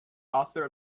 author